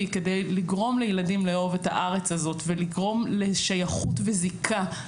כדי לגרום לילדים לאהוב את הארץ הזאת ולגרום לשייכת וזיקה,